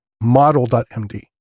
model.md